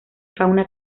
fauna